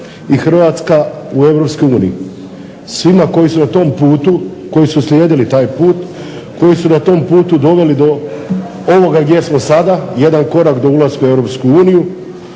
Hrvatska u Europskoj uniji". Svima koji su na tom putu, koji su slijedili taj put, koji su na tom putu doveli do ovoga gdje smo sada jedan korak do ulaska u